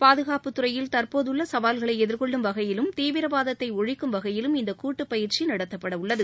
பாதுகாப்பு துறையில் தற்போதுள்ள சவால்களை எதிர்கொள்ளும் வகையிலும் தீவிரவாதத்தை ஒழிக்கும் வகையிலும் இந்த கூட்டு பயிற்சி நடத்தப்பட உள்ளது